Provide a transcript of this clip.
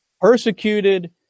persecuted